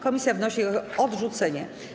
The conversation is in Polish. Komisja wnosi o ich odrzucenie.